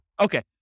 Okay